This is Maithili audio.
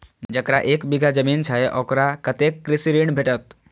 जकरा एक बिघा जमीन छै औकरा कतेक कृषि ऋण भेटत?